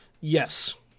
Yes